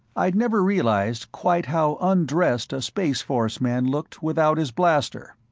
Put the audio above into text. i'd never realized quite how undressed a spaceforce man looked without his blaster.